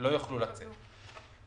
לא יוכלו לצאת בינואר.